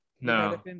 no